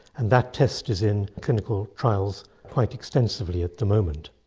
and that test is in clinical trials quite extensively at the moment.